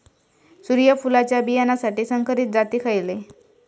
सूर्यफुलाच्या बियानासाठी संकरित जाती खयले?